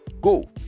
Go